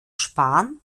sparen